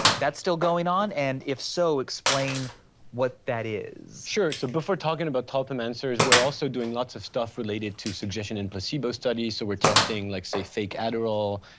that's still going on? and if so explain what that is. sure, so before talking about tulpamancers, we're also doing lots of stuff related to suggestion and placebo studies. so we're testing like, say fake adderall,